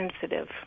sensitive